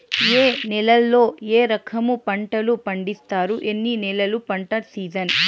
ఏ నేలల్లో ఏ రకము పంటలు పండిస్తారు, ఎన్ని నెలలు పంట సిజన్?